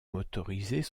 motorisés